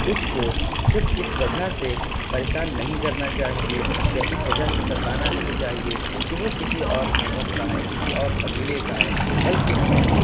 اس کو صرف اس وجہ سے پریشان نہیں کرنا چاہیے یا اس وجہ سے ستانا نہیں چاہیے کہ وہ کسی اور مذہب کا ہے کسی اور قبیلے کا ہے بلکہ ہمیں